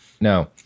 No